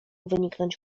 wyniknąć